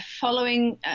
following